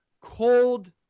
cold